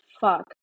fuck